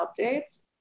updates